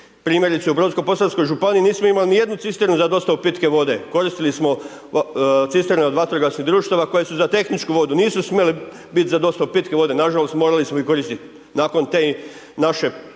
Primjerice u Brodsko-posavskoj županiji nismo imali nijednu cisternu za dostavu pitke vode, koristili smo cisternu od vatrogasnih društava koje su za tehničku vodu, nisu smjele bit za dostavu pitke vode, nažalost morali smo ih koristit, nakon tih naših